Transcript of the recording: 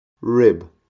rib